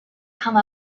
come